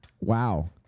Wow